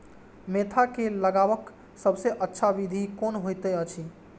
Mentha के लगवाक सबसँ अच्छा विधि कोन होयत अछि?